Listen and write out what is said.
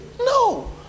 No